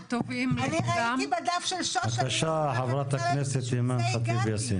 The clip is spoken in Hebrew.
אני ראיתי בדף של שוש שאני --- בשביל זה הגעתי.